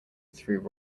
through